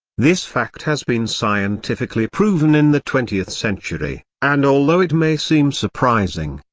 this fact has been scientifically proven in the twentieth century, and although it may seem surprising,